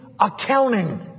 accounting